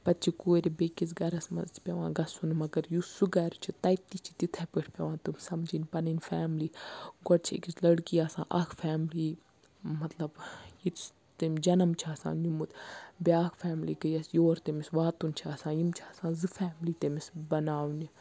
پَتہٕ چھُ کورِ بیٚکِس گَرَس مَنز تہِ پیٚوان گَژھُن مگر یُس سُہ گَرٕ چھُ تَتہِ تہِ چھِ تِتھے پٲٹھۍ پیٚوان تِم سَمجِنۍ پَنٕنۍ فیملی گۄڈٕ چھِ أکِس لٔڑکی آسان اَکھ فیملی مطلب ییٚتہِ تٔمۍ جَنَم چھُ آسان نِمُت بیاکھ فیملی گٔیَس یور تٔمِس واتُن چھُ آسان یِم چھِ آسان زٕ فیملی تٔمِس بناونہِ